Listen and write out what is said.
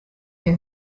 der